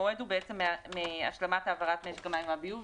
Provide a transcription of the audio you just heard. המועד הוא בעצם מהשלמת העברת משק המים והביוב.